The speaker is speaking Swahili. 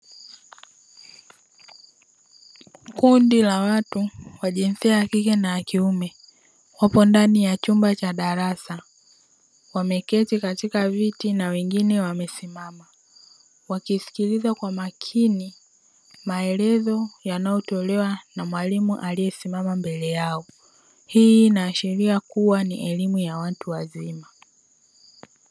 Kundi la watu wa jinsia ya kike na ya kiume wako ndani ya chumba cha darasa wameketi katika viti na wengine wamesimama wakisikiliza kwa makini maelezo yanayotolewa na mwalimu aliyesimama mbele yao. Hii inaashiria kuwa ni elimu ya watu wazima.